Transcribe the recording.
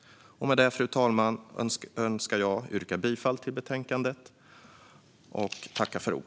Med det, fru talman, önskar jag yrka bifall till utskottets förslag.